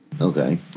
Okay